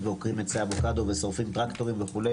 עוקרים עצי אבוקדו ושורפים טרקטורים וכו',